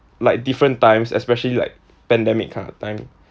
like different times especially like pandemic kind of time